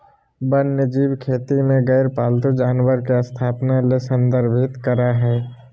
वन्यजीव खेती में गैर पालतू जानवर के स्थापना ले संदर्भित करअ हई